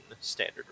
standard